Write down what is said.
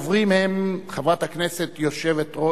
הדוברים הם חברת הכנסת,